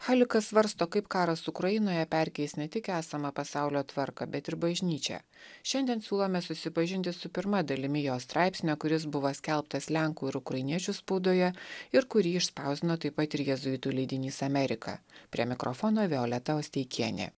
halikas svarsto kaip karas ukrainoje perkeis ne tik esamą pasaulio tvarką bet ir bažnyčią šiandien siūlome susipažinti su pirma dalimi jo straipsnio kuris buvo skelbtas lenkų ir ukrainiečių spaudoje ir kurį išspausdino taip pat ir jėzuitų leidinys amerika prie mikrofono violeta osteikienė